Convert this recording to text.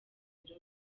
biro